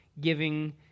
giving